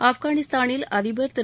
ஆப்கானிஸ்தானில் அதிபர் திரு